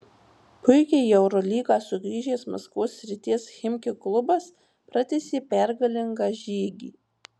puikiai į eurolygą sugrįžęs maskvos srities chimki klubas pratęsė pergalingą žygį